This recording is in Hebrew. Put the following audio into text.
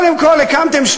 זאת ממשלה שמקדמת רפורמות,